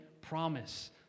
promise